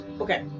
Okay